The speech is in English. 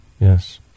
Yes